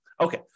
Okay